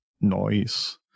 noise